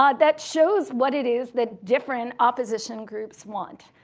um that shows what it is that different opposition groups want.